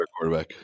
quarterback